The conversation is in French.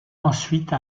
ensuite